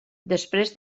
després